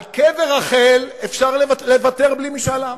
על קבר רחל אפשר לוותר בלי משאל עם.